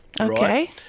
Okay